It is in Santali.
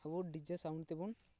ᱟᱵᱚ ᱰᱤᱡᱮ ᱥᱟᱣᱩᱱᱰ ᱛᱮᱵᱚᱱ